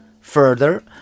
further